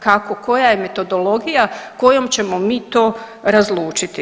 Kako, koja je metodologija kojom ćemo mi to razlučiti.